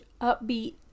upbeat